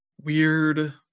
weird